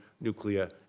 nuclear